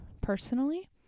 personally